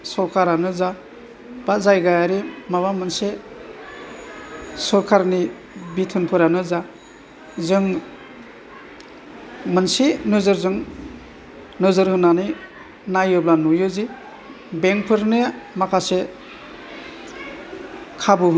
सरखारानो जा बा जायगायारि माबा मोनसे सरकारनि बिथोनफोरानो जा जों मोनसे नोजोरजों नोजोर होनानै नायोब्ला नुयो जे बेंकफोरनो माखासे खाबु होनाय